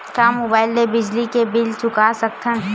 का मुबाइल ले बिजली के बिल चुका सकथव?